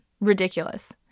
Ridiculous